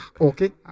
Okay